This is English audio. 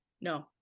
No